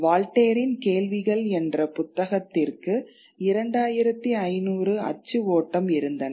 வால்டேரின் கேள்விகள் என்ற புத்தகத்திற்கு 2500 அச்சு ஓட்டம் இருந்தன